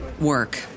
work